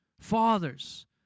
Fathers